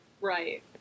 Right